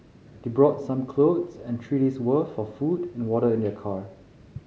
they brought some clothes and three worth for food and water in their car